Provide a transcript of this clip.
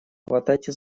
хватайте